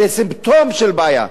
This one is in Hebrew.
זה סימפטום של בעיה.